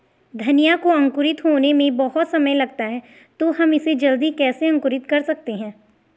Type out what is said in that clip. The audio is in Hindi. धनिया को अंकुरित होने में बहुत समय लगता है तो हम इसे जल्दी कैसे अंकुरित कर सकते हैं?